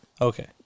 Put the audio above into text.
Okay